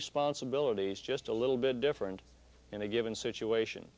responsibilities just a little bit different in a given situation